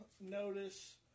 notice